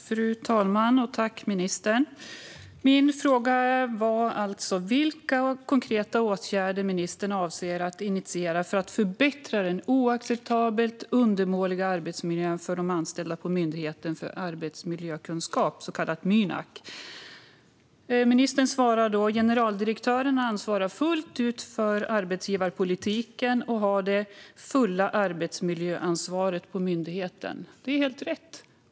Fru talman! Jag tackar ministern för svaret. Min fråga var vilka konkreta åtgärder ministern avser att initiera för att förbättra den oacceptabelt undermåliga arbetsmiljön för de anställda på Myndigheten för arbetsmiljökunskap, Mynak. Ministern svarar: "Generaldirektören ansvarar fullt ut för arbetsgivarpolitiken och har det fulla arbetsmiljöansvaret på myndigheten." Det är helt rätt.